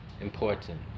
important